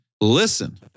Listen